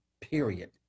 period